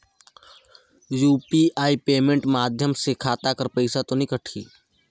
UPI payment माध्यम से खाता कर पइसा तो नी कटही?